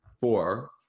four